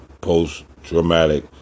post-traumatic